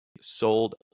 sold